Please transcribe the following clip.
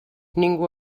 ningú